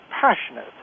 passionate